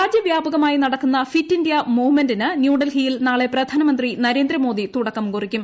രാജ്യവ്യാപകമായി നടക്കുന്ന fit India മൂവ്മെന്റിന് ന്യൂഡൽഹിയിൽ നാളെ പ്രധാനമന്ത്രി നരേന്ദ്ര മോദി തുടക്കം കുറിക്കും